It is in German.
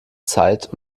zeit